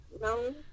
no